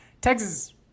Texas